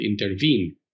intervene